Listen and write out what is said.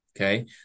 Okay